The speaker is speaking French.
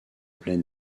plein